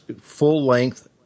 full-length